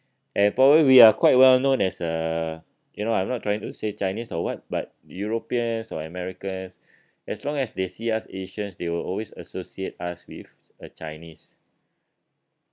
eh probably we are quite well known as a you know I'm not trying to say chinese or what but europeans or americans as long as they see us asians they will always associate us with a chinese